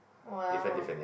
!wow!